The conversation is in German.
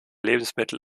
lebensmittel